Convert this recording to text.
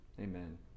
Amen